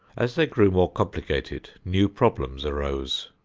as they grew more complicated, new problems arose.